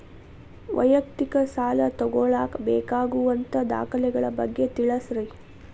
ವೈಯಕ್ತಿಕ ಸಾಲ ತಗೋಳಾಕ ಬೇಕಾಗುವಂಥ ದಾಖಲೆಗಳ ಬಗ್ಗೆ ತಿಳಸ್ರಿ